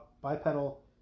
bipedal